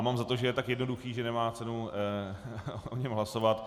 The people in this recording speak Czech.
Mám za to, že je tak jednoduchý, že nemá cenu o něm hlasovat.